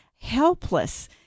helpless